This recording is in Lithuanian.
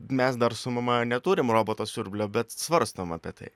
mes dar su mama neturim roboto siurblio bet svarstom apie tai